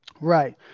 Right